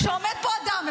כשעומד פה אדם,